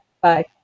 Bye